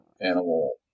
animal